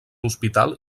hospital